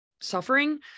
suffering